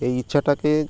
এই ইচ্ছাটাকে